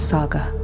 Saga